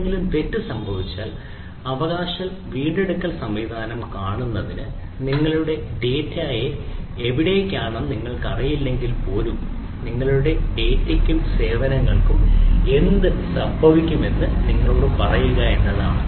എന്തെങ്കിലും തെറ്റ് സംഭവിച്ചാൽ അവകാശം വീണ്ടെടുക്കൽ സംവിധാനം കാണുന്നത് നിങ്ങളുടെ ദാതാക്കളായ ഡാറ്റ എവിടെയാണെന്ന് നിങ്ങൾക്കറിയില്ലെങ്കിൽ പോലും നിങ്ങളുടെ ഡാറ്റയ്ക്കും സേവനങ്ങൾക്കും എന്ത് സംഭവിക്കുമെന്ന് നിങ്ങളോട് പറയുക എന്നതാണ്